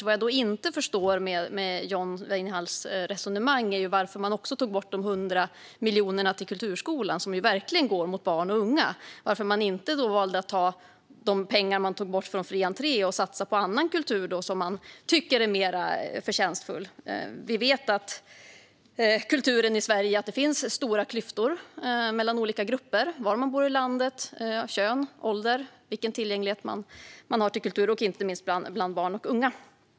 Vad jag inte förstår med John Weinerhalls resonemang är varför man då också tog bort de 100 miljonerna till kulturskolan. De går verkligen till barn och unga. Varför valde man då inte att ta de pengar man tog bort från fri entré och satsa dem på annan kultur som man tycker är mer förtjänstfull? Vi vet att det finns stora klyftor mellan olika grupper vad gäller tillgängligheten till kultur i Sverige. Det har att göra med var man bor i landet samt kön och ålder. Inte minst gäller detta barn och unga.